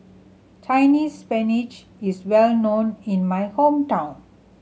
Chinese Spinach is well known in my hometown